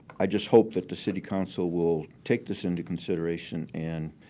i just hope that the city council will take this into consideration and